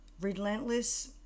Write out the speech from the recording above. relentless